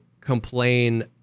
complain